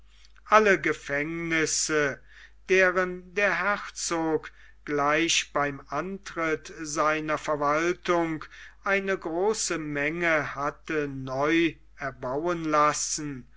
alle gefängnisse deren der herzog gleich beim antritt seiner verwaltung eine große menge hatte neu erbauen lassen